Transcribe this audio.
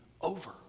over